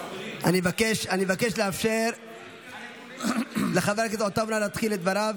אני מבקש לאפשר לחבר הכנסת עטאונה להתחיל את דבריו.